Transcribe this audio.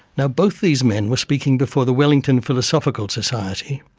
now both these men were speaking before the wellington philosophical society,